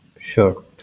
Sure